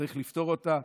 צריך לפתור אותה,